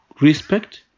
respect